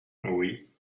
oui